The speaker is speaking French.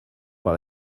par